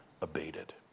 abated